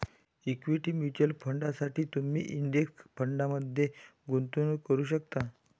equity mutual फंडांसाठी तुम्ही index फंडमध्ये गुंतवणूक करू शकता